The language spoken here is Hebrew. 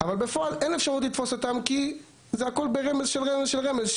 בפועל אין אפשרות לתפוס אותם כי זה הכול ברמז של רמז של רמז.